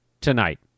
tonight